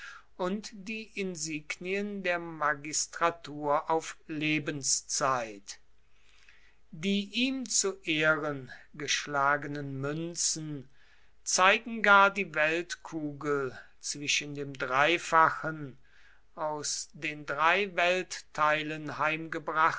und die insignien der magistratur auf lebenszeit die ihm zu ehren geschlagenen münzen zeigen gar die weltkugel zwischen dem dreifachen aus den drei weltteilen